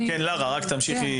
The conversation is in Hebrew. כן, לארה, תמשיכי.